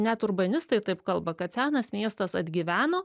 net urbanistai taip kalba kad senas miestas atgyveno